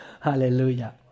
hallelujah